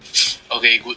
okay good